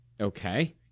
Okay